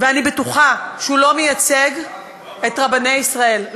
ואני בטוחה שהוא לא מייצג את רבני ישראל.